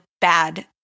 bad